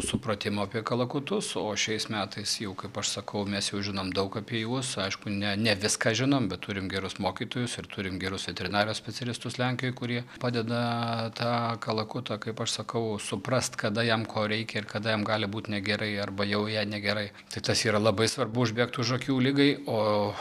supratimo apie kalakutus o šiais metais jau kaip aš sakau mes jau žinom daug apie juos aišku ne ne viską žinom bet turim gerus mokytojus ir turim gerus veterinarijos specialistus lenkijoj kurie padeda tą kalakutą kaip aš sakau suprast kada jam ko reikia ir kada jam gali būt negerai arba jau jei negerai tai tas yra labai svarbu užbėgt už akių ligai o